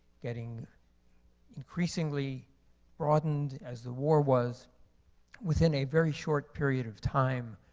getting increasingly broadened as the war was within a very short period of time.